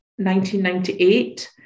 1998